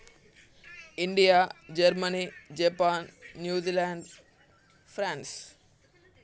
India Germany Japan New Zealand France